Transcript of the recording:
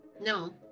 No